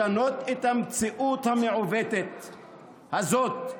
לשנות את המציאות המעוותת הזאת.